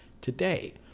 today